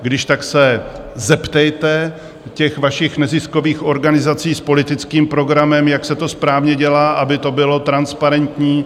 Když tak se zeptejte těch vašich neziskových organizací s politickým programem, jak se to správně dělá, aby to bylo transparentní.